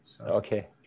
Okay